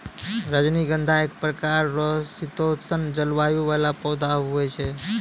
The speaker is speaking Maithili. रजनीगंधा एक प्रकार रो शीतोष्ण जलवायु वाला पौधा हुवै छै